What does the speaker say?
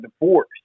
divorce